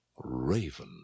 raven